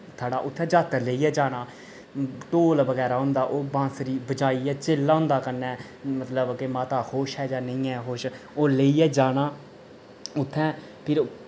थड़ा उत्थैं जात्तर लेइयै जाना ढोल बगैरा होंदा ओह् बांसरी बजाइयै चेल्ला होंदा कन्नै मतलब के माता खुश ऐ जां नेईं ऐ खुश ओह् लेइयै जाना उत्थैं फिर